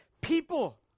people